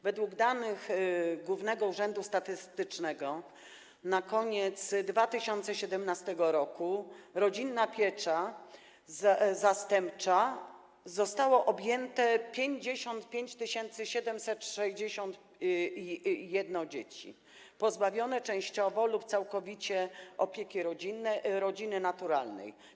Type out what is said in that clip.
Według danych Głównego Urzędu Statystycznego na koniec 2017 r. rodzinną pieczą zastępczą zostało objętych 55 761 dzieci pozbawionych częściowo lub całkowicie opieki rodziny naturalnej.